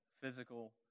physical